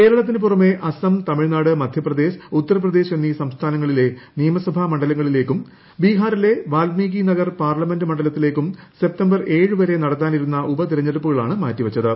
കേരളത്തിനു പുറമേ അസം തമിഴ്നാട് മധ്യപ്രദേശ് ഉത്തർപ്രദേശ് എന്നീ സംസ്ഥാനങ്ങളിലെ നിയമസഭാ മണ്ഡലങ്ങളിലേയ്ക്കും ബീഹാറിലെ വാല്മീകി നഗർ പാർലമെന്റ് മണ്ഡലത്തിലേയ്ക്കും സെപ്റ്റംബർ ഏഴ് വരെ നടത്താനിരുന്ന ഉപതെരഞ്ഞെടുപ്പുകളാണ് മാറ്റി വച്ചത്